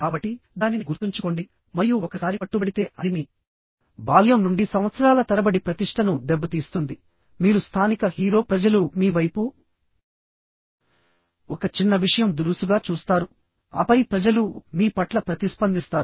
కాబట్టి దానిని గుర్తుంచుకోండి మరియు ఒకసారి పట్టుబడితే అది మీ బాల్యం నుండి సంవత్సరాల తరబడి ప్రతిష్టను దెబ్బతీస్తుంది మీరు స్థానిక హీరో ప్రజలు మీ వైపు ఒక చిన్న విషయం దురుసుగా చూస్తారు ఆపై ప్రజలు మీ పట్ల ప్రతిస్పందిస్తారు